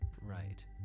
right